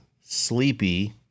sleepy